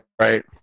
Right